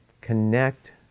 connect